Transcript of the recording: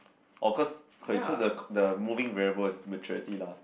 oh cause okay so the the moving variable is maturity lah